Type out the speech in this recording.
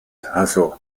hasso